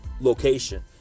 location